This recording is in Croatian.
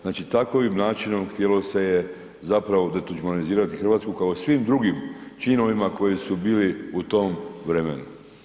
Znači takvim načinom htjelo se je zapravo detuđmanizirati Hrvatsku kao i svim drugim činovima koji su bili u tom vremenu.